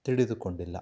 ತಿಳಿದುಕೊಂಡಿಲ್ಲ